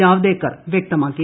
ജാവദേക്കർ വ്യക്തമാക്കി